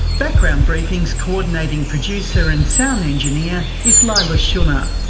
background briefing's coordinating producer and sound engineer is leila shunnar,